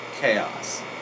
chaos